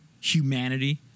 humanity